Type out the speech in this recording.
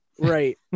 Right